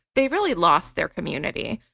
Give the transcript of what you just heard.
they really lost their community.